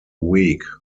week